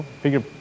Figure